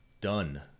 done